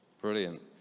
Brilliant